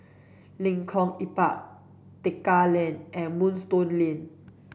Lengkong Empat Tekka Lane and Moonstone Lane